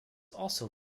also